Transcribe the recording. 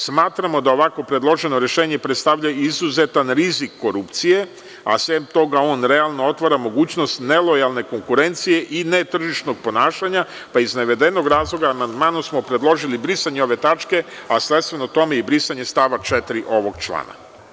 Smatramo da ovako predloženo rešenje predstavlja izuzetan rizik korupcije, a sem toga, on realno otvara mogućnost nelojalne konkurencije i netržišnog ponašanja, pa iz navedenog razloga amandmanom smo predložili brisanje ove tačke, a sledstveno tome i brisanje stava 4. ovog člana.